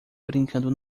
brincando